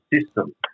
system